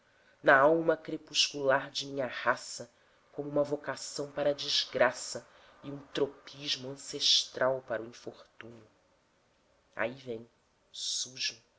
na alma crepuscular de minha raça como uma vocação para a desgraça e um tropismo ancestral para o infortúnio aí vem sujo